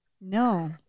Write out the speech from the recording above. No